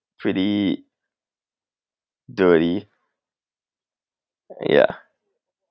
pretty dirty ya